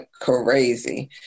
crazy